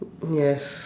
yes